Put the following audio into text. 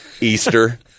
Easter